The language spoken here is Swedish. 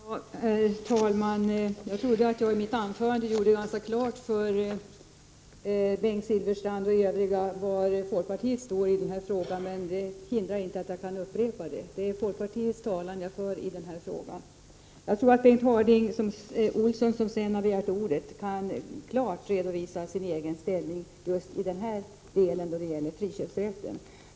Herr talman! Jag trodde att jag i mitt huvudanförande gjorde ganska klart för Bengt Silfverstrand och övriga var folkpartiet står i den här frågan, men det hindrar inte att jag kan upprepa vad jag sade. Jag för folkpartiets talan i den här frågan. Jag tror att Bengt Harding Olson, som har begärt ordet, själv klart kan redovisa sin inställning till friköpsrätten.